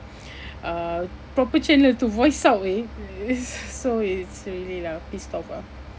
uh proper channel to voice out eh it's so it's really lah pissed off ah